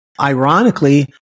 ironically